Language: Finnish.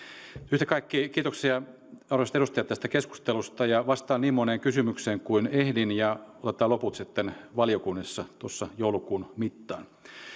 yhtä kaikki kiitoksia arvoisat edustajat tästä keskustelusta ja vastaan niin moneen kysymykseen kuin ehdin ja otetaan loput sitten valiokunnissa tuossa joulukuun mittaan